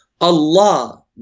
Allah